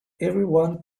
everyone